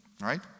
right